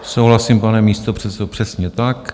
Souhlasím, pane místopředsedo, přesně tak.